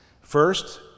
First